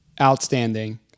outstanding